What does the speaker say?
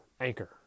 anchor